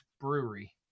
Brewery